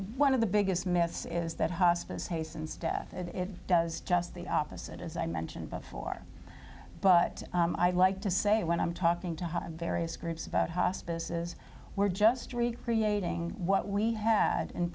one of the biggest myths is that hospice hastens death it does just the opposite as i mentioned before but i'd like to say when i'm talking to various groups about hospices we're just recreating what we had in